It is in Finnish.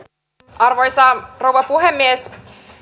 arvoisa rouva puhemies